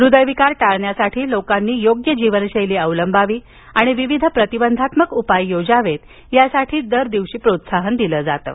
हृदयविकार टाळण्यासाठी लोकांनी योग्य जीवनशैली अवलंबवावी आणि विविध प्रतिबंधात्मक उपाय योजावेत यासाठी यादिवशी प्रोत्साहन दिलं जातं